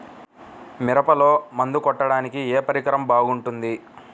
మిరపలో మందు కొట్టాడానికి ఏ పరికరం బాగుంటుంది?